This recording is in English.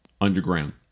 Underground